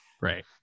Right